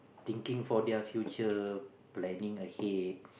thinking for their future planning ahead